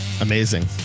amazing